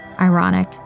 Ironic